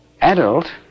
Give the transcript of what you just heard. adult